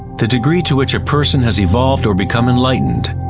the degree to which a person has evolved or become enlightened,